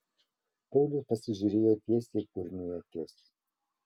paulius pasižiūrėjo tiesiai kurmiui į akis